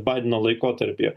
baideno laikotarpyje